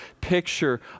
picture